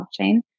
blockchain